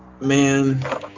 Man